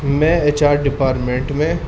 میں H R department میں